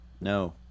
no